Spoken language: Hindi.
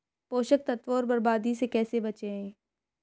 पोषक तत्वों को बर्बादी से कैसे बचाएं?